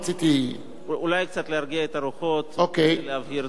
אולי קצת להרגיע את הרוחות ולהבהיר דברים: